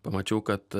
pamačiau kad